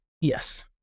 Yes